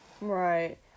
right